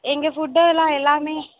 எங்கள் ஃபுட்டெல்லாம் எல்லாமே